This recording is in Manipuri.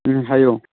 ꯎꯝ ꯍꯥꯏꯌꯨ